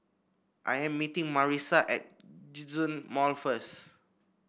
I am meeting Marissa at Djitsun Mall first